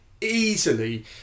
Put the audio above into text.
Easily